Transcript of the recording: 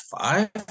five